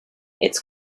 its